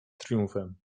triumfem